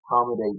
accommodate